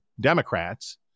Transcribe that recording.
Democrats